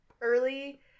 early